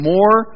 More